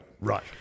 Right